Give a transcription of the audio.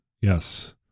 yes